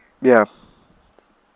yeah